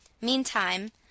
Meantime